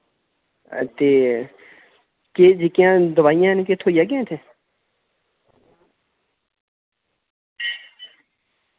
अ ते केह् जेह्कियां दवाइयां न के थ्होई जागियां न इत्थै